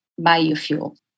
biofuel